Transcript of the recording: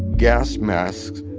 gas masks,